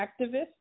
activists